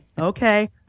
okay